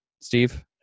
Steve